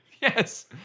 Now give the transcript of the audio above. Yes